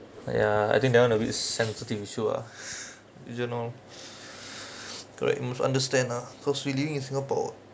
ya I think that one a bit sensitive issue ah region loh correct must understand lah cause we living in singapore